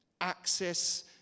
access